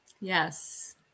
Yes